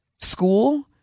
school